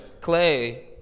Clay